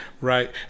Right